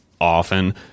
often